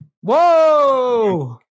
Whoa